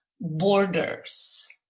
borders